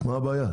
מה הבעיה?